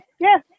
yes